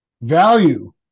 Value